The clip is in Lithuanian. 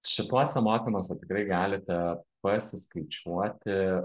šituose mokymuose tikrai galite pasiskaičiuoti